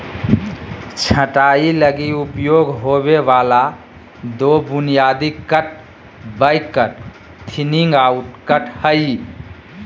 छंटाई लगी उपयोग होबे वाला दो बुनियादी cut back cut, thinning out cut हइ